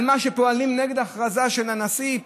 מי שפועלים נגד ההכרזה של הנשיא,